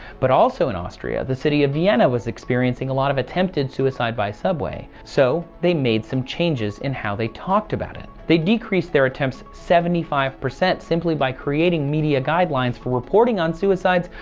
but also in austria, the city of vienna was experiencing a lot of attempted suicide by subway so they made some changes in how they talked about it, they decrease their attempts seventy five percent simply by creating media guidelines for reporting on suicides,